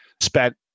spent